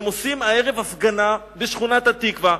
והם עושים הערב הפגנה בשכונת התקווה,